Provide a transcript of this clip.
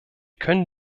können